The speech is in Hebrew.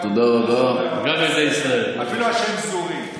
כל ילדי ארצות הברית מקבלים היום, גם ילדי ישראל.